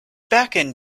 backend